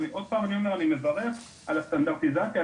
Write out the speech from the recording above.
אני אומר שוב: אני מברך על הסטנדרטיזציה,